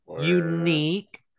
unique